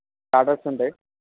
starters ఉంటాయి